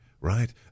right